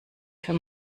für